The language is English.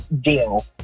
deal